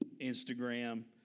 Instagram